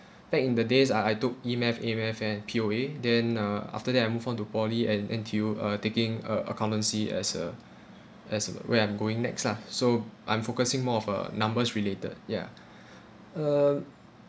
back in the days I I took E math A math and P_O_A then uh after that I move on to poly and N_T_U uh taking uh accountancy as a as a where I'm going next lah so I'm focusing more of uh numbers related ya uh